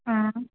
ಹಾಂ